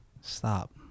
stop